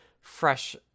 fresh